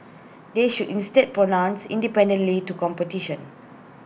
they should instead pronounce independently to competition